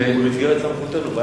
זה במסגרת סמכותנו.